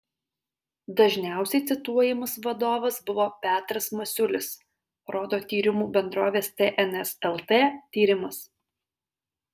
dažniausiai cituojamas vadovas buvo petras masiulis rodo tyrimų bendrovės tns lt tyrimas